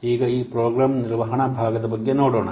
ಈಗ ಈ ಪ್ರೋಗ್ರಾಂ ನಿರ್ವಹಣಾ ಭಾಗದ ಬಗ್ಗೆ ನೋಡೋಣ